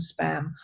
spam